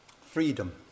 freedom